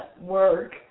work